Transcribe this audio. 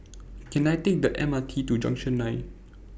Can I Take The M R T to Junction nine